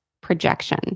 projection